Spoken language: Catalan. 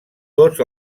tots